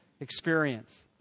experience